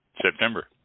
September